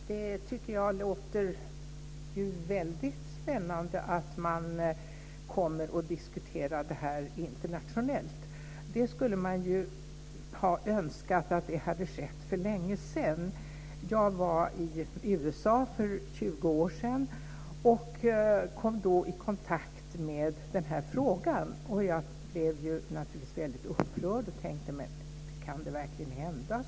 Fru talman! Jag tycker att det låter väldigt spännande att man kommer att diskutera det här internationellt. Man önskar att det kunde ha skett för längesedan. Jag var i USA för 20 år sedan och kom då i kontakt med den här frågan. Jag blev naturligtvis väldigt upprörd och tänkte: Kan sådant verkligen hända?